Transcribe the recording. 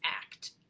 act